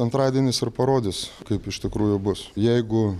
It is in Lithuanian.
antradienis ir parodys kaip iš tikrųjų bus jeigu